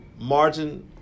margin